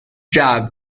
job